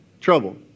Trouble